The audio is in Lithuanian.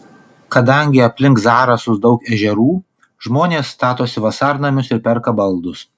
kadangi aplink zarasus daug ežerų žmonės statosi vasarnamius ir perka baldus